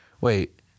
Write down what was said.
Wait